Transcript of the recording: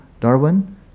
Darwin